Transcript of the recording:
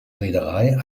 reederei